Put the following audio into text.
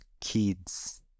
kids